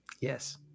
Yes